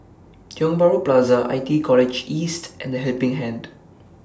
Tiong Bahru Plaza I T E College East and The Helping Hand